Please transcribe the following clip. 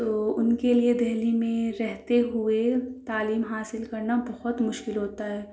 تو اُن کے لیے دہلی میں رہتے ہوئے تعلیم حاصل کرنا بہت مشکل ہوتا ہے